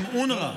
הם אונר"א.